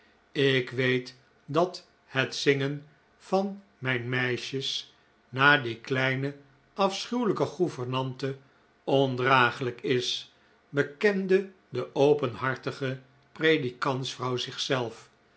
ik weet dat het zingen van mijn meisjes na die kleine afschuwelijke gouvernante ondragelijk is bekende de openhartige predikantsvrouw zichzelf